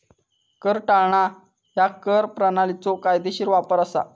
कर टाळणा ह्या कर प्रणालीचो कायदेशीर वापर असा